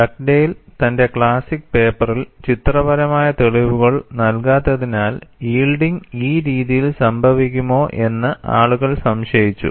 Dugdale തന്റെ classic പേപ്പറിൽ ചിത്രപരമായ തെളിവുകൾ നൽകാത്തതിനാൽ യിൽഡിങ് ഈ രീതിയിൽ സംഭവിക്കുമോ എന്ന് ആളുകൾ സംശയിച്ചു